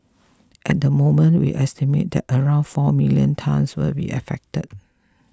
at the moment we estimate that around four million tonnes will be affected